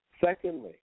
Secondly